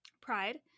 Pride